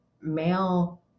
male